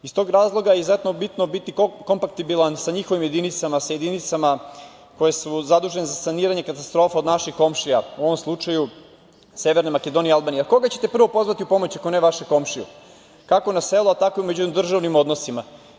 Iz tog razloga izuzetno je bitno biti kompaktibilan sa njihovim jedinicama, sa jedinicama koje su zadužene za saniranje katastrofa od naših komšija, u ovom slučaju Severne Makedonije i Albanije, jer koga ćete prvo pozvati u pomoć ako ne vašeg komšiju, kako na selu tako i u međudržavnim odnosima.